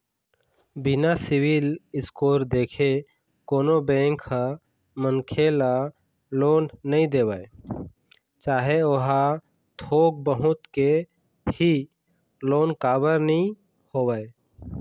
बिना सिविल स्कोर देखे कोनो बेंक ह मनखे ल लोन नइ देवय चाहे ओहा थोक बहुत के ही लोन काबर नीं होवय